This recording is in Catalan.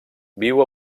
viu